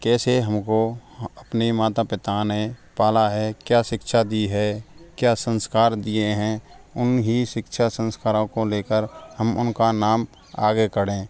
कैसे हम को अपने माता पिता ने पाला है क्या शिक्षा दी है क्या संस्कार दिए हैं उन्हीं सिक्षा संस्कारों को ले कर हम उन का नाम आगे करें